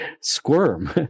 squirm